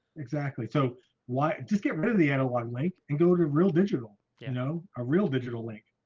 exactly. so why just get rid of the analogue link and go to real digital, you know a real digital link